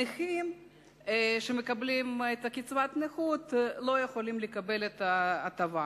נכים שמקבלים את קצבת הנכות לא יכולים לקבל את ההטבה.